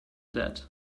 that